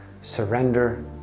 surrender